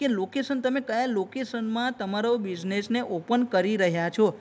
કે લોકેશન તમે કયા લોકેશનમાં તમારો બિઝનેસને ઓપન કરી રહ્યા છો